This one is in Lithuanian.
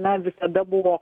na visada buvo